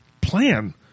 plan